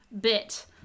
bit